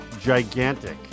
gigantic